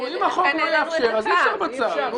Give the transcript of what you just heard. אם החוק לא יאפשר אז אי אפשר בצו.